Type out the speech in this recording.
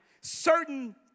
certain